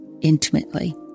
intimately